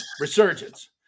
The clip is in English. Resurgence